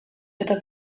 eta